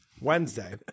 Wednesday